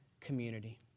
community